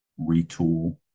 retool